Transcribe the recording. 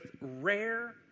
rare